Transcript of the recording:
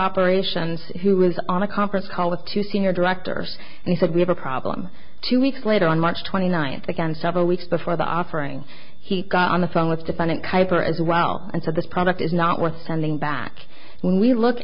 operations who was on a conference call with two senior director and he said we have a problem two weeks later on march twenty ninth again several weeks before the offering he got on the phone with defendant kiper as well and said this product is not worth sending back when we look